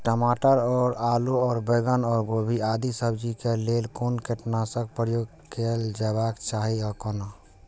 टमाटर और आलू और बैंगन और गोभी आदि सब्जी केय लेल कुन कीटनाशक प्रयोग कैल जेबाक चाहि आ कोना?